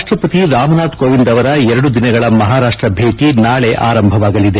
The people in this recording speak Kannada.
ರಾಷ್ಷಪತಿ ರಾಮನಾಥ್ ಕೋವಿಂದ್ ಅವರ ಎರಡು ದಿನಗಳ ಮಹಾರಾಷ್ಷ ಭೇಟಿ ನಾಳೆ ಆರಂಭವಾಗಲಿದೆ